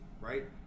right